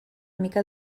mica